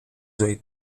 ζωή